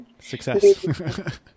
Success